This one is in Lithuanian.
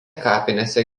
kapinėse